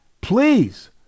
Please